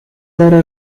loro